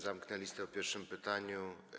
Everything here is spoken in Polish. Zamknę listę po pierwszym pytaniu.